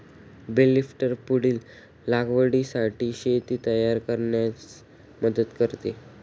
bell lifter पुढील लागवडीसाठी शेत तयार करण्यास मदत करते